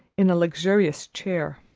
in a luxurious chair.